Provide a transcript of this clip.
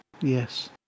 yes